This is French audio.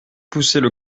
poussaient